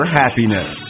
happiness